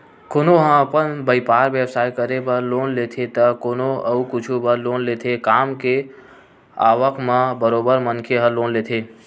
कोनो ह अपन बइपार बेवसाय करे बर लोन लेथे त कोनो अउ कुछु बर लोन लेथे काम के आवक म बरोबर मनखे ह लोन लेथे